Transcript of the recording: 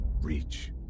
reach